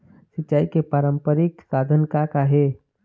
सिचाई के पारंपरिक साधन का का हे?